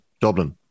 Dublin